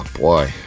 boy